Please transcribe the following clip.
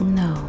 no